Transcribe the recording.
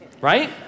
right